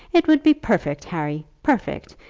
it would be perfect, harry perfect,